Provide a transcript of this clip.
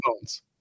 phones